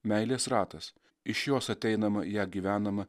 meilės ratas iš jos ateinama ja gyvenama